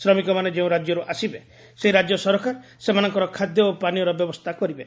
ଶ୍ରମିକମାନେ ଯେଉଁ ରାଜ୍ୟରୁ ଆସିବେ ସେହି ରାଜ୍ୟ ସରକାର ସେମାନଙ୍କର ଖାଦ୍ୟ ଓ ପାନୀୟର ବ୍ୟବସ୍ଥା କରିବେ